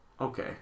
Okay